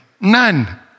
none